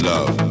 Love